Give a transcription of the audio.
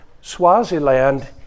Swaziland